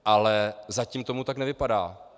Ale zatím to tak nevypadá.